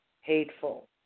Hateful